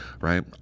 right